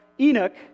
Enoch